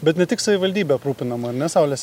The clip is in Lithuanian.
bet ne tik savivaldybė aprūpinama ane saulės